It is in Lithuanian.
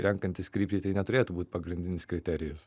renkantis kryptį tai neturėtų būt pagrindinis kriterijus